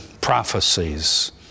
prophecies